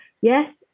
Yes